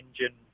engine